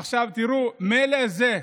עכשיו תראו, מילא זה,